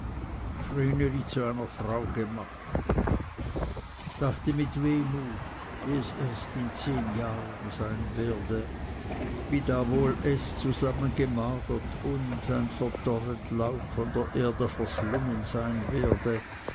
zu einer frau gemacht dachte mit wehmut wie es erst in zehn jahren sein werde wie da wohl es zusammengemagert und ein verdorret laub von der erde verschlungen sein werde